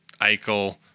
Eichel